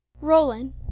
Roland